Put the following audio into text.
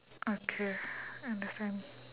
okay understand